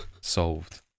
Solved